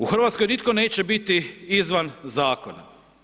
U Hrvatskoj nitko neće biti izvan zakona.